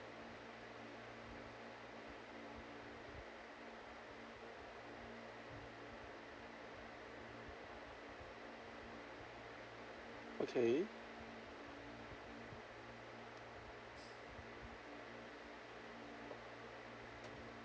okay